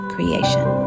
Creation